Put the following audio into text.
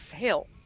fail